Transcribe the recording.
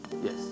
Yes